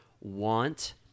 want